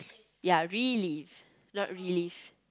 yea relive not relieve